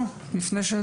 התייחסות?